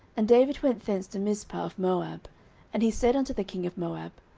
and david went thence to mizpeh of moab and he said unto the king of moab,